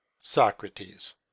Socrates